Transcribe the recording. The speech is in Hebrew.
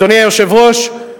אדוני היושב-ראש,